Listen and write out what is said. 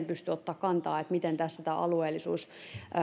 pysty ottamaan kantaa miten tässä tämä alueellisuus